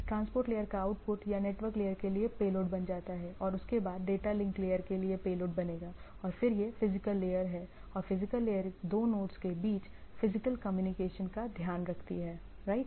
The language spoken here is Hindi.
ट्रांसपोर्ट लेयर का आउटपुट या नेटवर्क लेयर के लिए पेलोड और उसके बाद डेटा लिंक के लिए पेलोड बनेगा और फिर यह फिजिकल लेयर है और फिजिकल लेयर दो नोड्स के बीच फिजिकल कम्युनिकेशन का ध्यान रखती है राइट